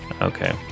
okay